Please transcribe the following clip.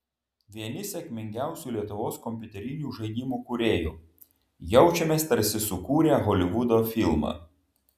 vieni sėkmingiausių lietuvos kompiuterinių žaidimų kūrėjų jaučiamės tarsi sukūrę holivudo filmą